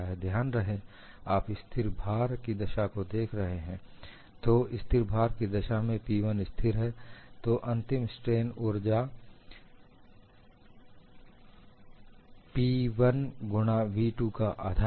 ध्यान रहे आप स्थिर भार की दशा को देख रहे हैं तो स्थिर भार की दशा में P1स्थिर है तो अंतिम स्ट्रेन ऊर्जा half of P1 into v2 है